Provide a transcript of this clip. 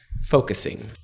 focusing